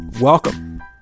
welcome